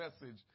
message